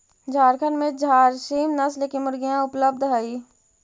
झारखण्ड में झारसीम नस्ल की मुर्गियाँ उपलब्ध हई